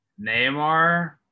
Neymar